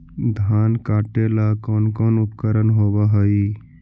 धान काटेला कौन कौन उपकरण होव हइ?